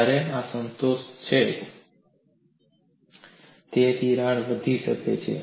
જ્યારે આ સંતોષાય છે તિરાડ વધી શકે છે